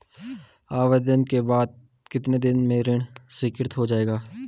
आवेदन के बाद कितने दिन में ऋण स्वीकृत हो जाएगा?